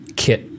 kit